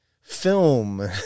film